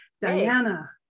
Diana